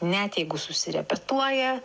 net jeigu susirepetuoja